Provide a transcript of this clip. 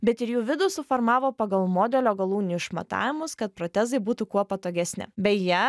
bet ir jų vidų suformavo pagal modelio galūnių išmatavimus kad protezai būtų kuo patogesni beje